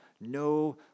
No